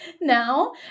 now